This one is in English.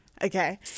okay